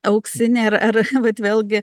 auksinė ir ar vat vėlgi